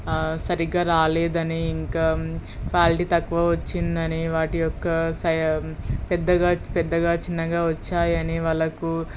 సరిగ్గా రాలేదని ఇంకా క్వాలిటీ తక్కువ వచ్చిందని వాటి యొక్క సై పెద్దదిగా పెద్దదిగా చిన్నదిగా వచ్చాయని వాళ్ళకి